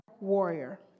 warrior